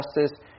justice